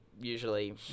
usually